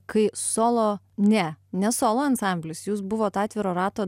kai solo ne ne solo ansamblis jūs buvot atviro rato